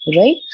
right